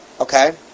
Okay